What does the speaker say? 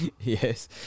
Yes